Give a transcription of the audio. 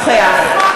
בחוץ?